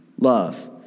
love